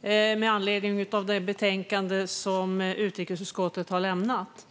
med anledning av det betänkande som utrikesutskottet har lämnat.